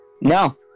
No